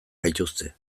gaituzte